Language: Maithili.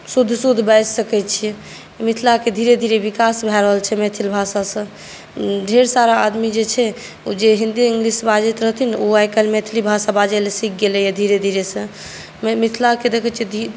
शुद्ध शुद्ध बाजि सकै छियै मिथिलाकेँ धीरे धीरे विकास भए रहल छै मैथिल भाषासँ ढ़ेर सारा आदमी जे छै ओ जे हिन्दी इंग्लिश बाजैत रहथिन ओ आइ काल्हि मैथिली भाषा बाजऽ लए सिख गेलैया धीरे धीरेसँ मिथिलाके देखै छी